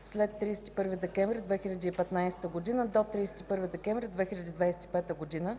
след 31 декември 2015 г. до 31 декември 2025 г.,